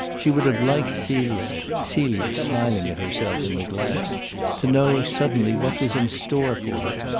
she would have liked celia celia, smiling at herself in the glass to know suddenly what was in store for her!